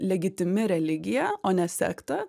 legitimi religija o ne sekta